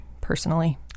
personally